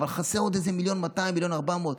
אבל חסר עוד איזה 1.2 מיליון, 1.4 מיליון.